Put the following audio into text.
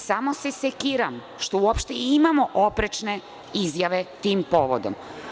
Samo se sekiram što uopšte imamo oprečne izjave tim povodom.